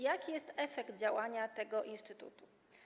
Jaki jest efekt działania tego instytutu?